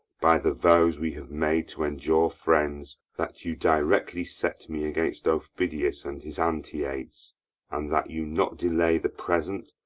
by the vows we have made to endure friends, that you directly set me against aufidius and his antiates and that you not delay the present,